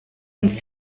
uns